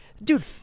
Dude